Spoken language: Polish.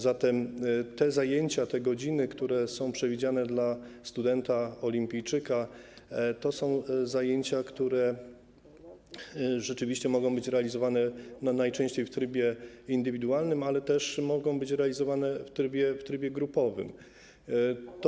Zatem te zajęcia, te godziny, które są przewidziane dla studenta olimpijczyka, to są zajęcia, które rzeczywiście mogą być realizowane najczęściej w trybie indywidualnym, ale też mogą być realizowane w trybie grupowym.